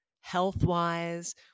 health-wise